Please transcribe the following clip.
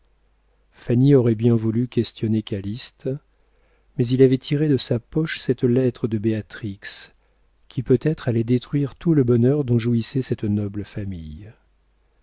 aurait bien voulu questionner calyste mais il avait tiré de sa poche cette lettre de béatrix qui peut-être allait détruire tout le bonheur dont jouissait cette noble famille